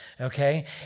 okay